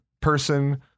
person